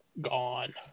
gone